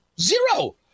Zero